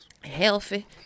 Healthy